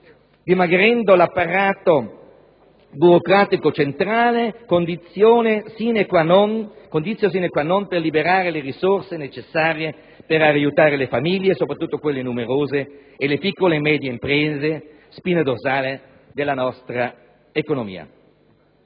dimagrendo l'apparato burocratico centrale, *condicio sine qua non*, per liberare le risorse necessarie per aiutare le famiglie, soprattutto quelle numerose, e le piccole e medie imprese, spina dorsale della nostra economia.